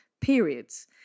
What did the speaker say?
periods